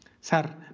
Sir